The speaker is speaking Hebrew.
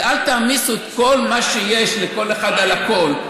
ואל תעמיסו את כל מה שיש לכל אחד על הכול,